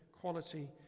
quality